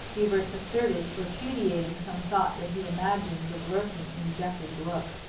hubert asserted, repudiating some thought that he imagined was lurking in geoffrey's look.